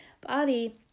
body